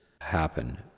happen